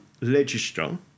legislature